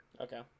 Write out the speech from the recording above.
Okay